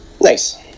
Nice